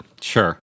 Sure